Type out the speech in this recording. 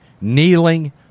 kneeling